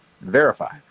Verify